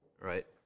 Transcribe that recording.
right